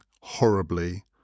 horribly